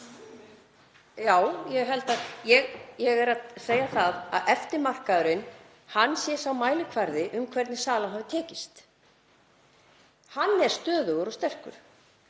já, ég er að segja að eftirmarkaðurinn sé sá mælikvarði um hvernig salan hafi tekist. Hann er stöðugur og sterkur.